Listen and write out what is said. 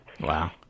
wow